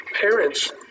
parents